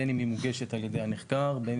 בין אם היא מוגשת על ידי הנחקר ובין